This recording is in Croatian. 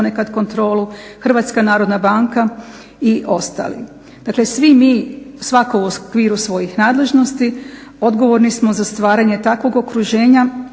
ponekad kontrolu, Hrvatska narodna banka i ostali. Dakle, svi mi svako u okviru svojih nadležnosti odgovorni smo za stvaranje takvog okruženja